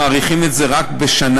מאריכים את זה רק בשנה.